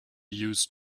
used